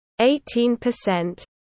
18%